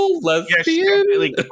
lesbian